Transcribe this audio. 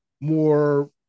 more